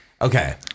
Okay